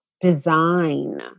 design